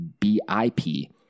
BIP